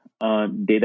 data